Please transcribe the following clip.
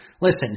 Listen